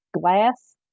glass